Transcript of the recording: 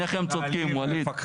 שניכם צודקים, ווליד.